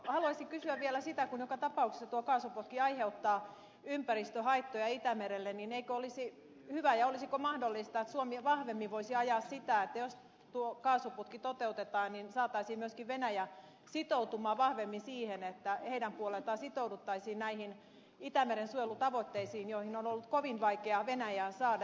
haluaisin kysyä vielä sitä kun joka tapauksessa tuo kaasuputki aiheuttaa ympäristöhaittoja itämerelle niin eikö olisi hyvä ja olisiko mahdollista että suomi vahvemmin voisi ajaa sitä että jos tuo kaasuputki toteutetaan niin saataisiin myöskin venäjä sitoutumaan vahvemmin siihen että sen puolelta sitouduttaisiin näihin itämeren suojelutavoitteisiin joihin on ollut kovin vaikea venäjää saada